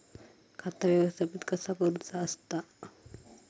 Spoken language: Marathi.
खाता व्यवस्थापित कसा करुचा असता?